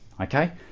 okay